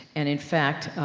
and in fact,